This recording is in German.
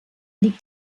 liegt